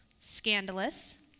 scandalous